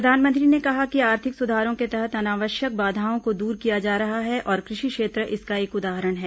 प्रधानमंत्री ने कहा कि आर्थिक सुधारों के तहत अनावश्यक बाधाओं को दूर किया जा रहा है और कृषि क्षेत्र इसका एक उदाहरण है